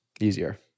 easier